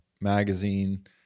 magazine